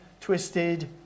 twisted